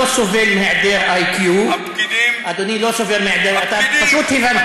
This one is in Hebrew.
אדוני לא סובל מהיעדר IQ. אתה פשוט הבנת.